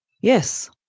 Yes